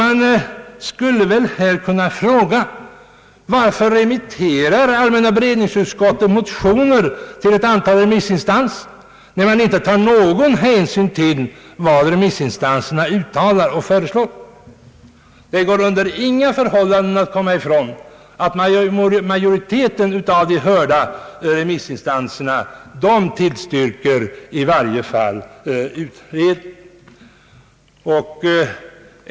Man skulle här kunna fråga: Varför remitterar allmänna beredningsutskottet motioner till ett antal remissinstanser när utskottet inte tar någon hänsyn till vad remissinstanserna uttalar och föreslår? Det går under inga förhållanden att komma ifrån att majoriteten av de hörda remissinstanserna i varje fall tillstyrker utredning.